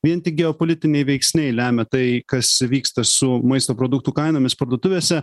vien tik geopolitiniai veiksniai lemia tai kas vyksta su maisto produktų kainomis parduotuvėse